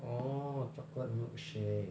oh chocolate milkshake